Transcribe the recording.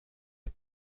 est